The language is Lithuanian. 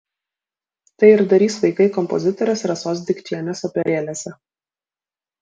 tai ir darys vaikai kompozitorės rasos dikčienės operėlėse